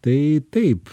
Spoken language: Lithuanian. tai taip